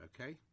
Okay